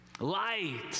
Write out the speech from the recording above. light